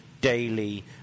daily